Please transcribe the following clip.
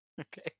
Okay